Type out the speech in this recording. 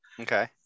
okay